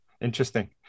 interesting